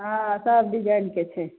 हँ सब डिजाइनके छै